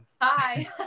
Hi